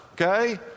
okay